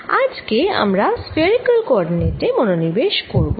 আজকে আমরা spherical coordinate এ মনোনিবেশ করব